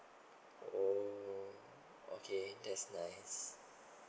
oh okay that's nice